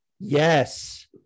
Yes